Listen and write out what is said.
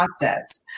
process